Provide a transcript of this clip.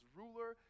ruler